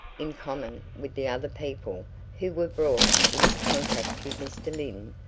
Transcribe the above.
in common with the other people who were brought into contact with mr. lyne,